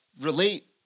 relate